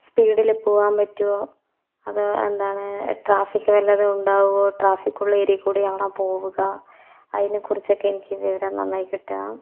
സ്പീഡിൽ പോകുവാൻ പറ്റുമോ അതോ എന്താണ് ട്രാഫിക്ക് വല്ലതും ഉണ്ടാകുമോ ട്രാഫിക്കുള്ള ഏരിയയിൽക്കൂടിയാണോ പോവുക അതിനെക്കുറിച്ചൊക്കെ എനിക്ക് വിവരം നന്നായി കിട്ടണം